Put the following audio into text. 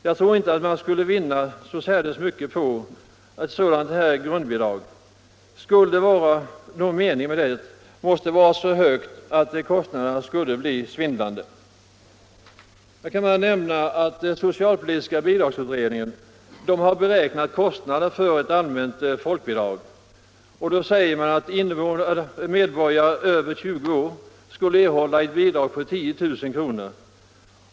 Jag tror inte att man skulle vinna särdeles mycket på ett sådant här grundbidrag. Skulle det ha någon mening måste det vara så högt att kostnaderna skulle bli svindlande. Socialpolitiska bidragsutredningen har beräknat kostnaderna för ett allmänt folkbidrag. Om medborgare över 20 år skulle erhålla ett bidrag på 10 000 kr.